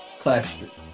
classic